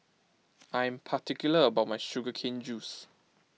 I am particular about my Sugar Cane Juice